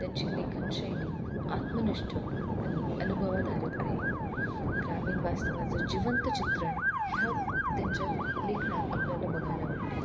त्यांची लेखनशैली आत्मनिष्ठ आणि अनुभवाधारित आहे ग्रामीण वास्तवाचं जिवंत चित्रण ह्या त्यांच्या लेखनात आपल्याला बघायला भेटेल